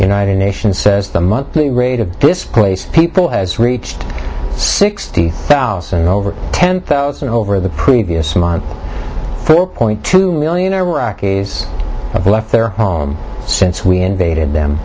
united nations says the monthly rate of displaced people as reached sixty thousand over ten thousand over the previous month four point two million iraqis have left there since we invaded them